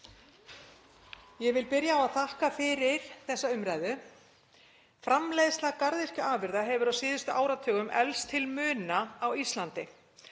Ég vil byrja á að þakka fyrir þessa umræðu. Framleiðsla garðyrkjuafurða hefur á síðustu áratugum eflst til muna á Íslandi.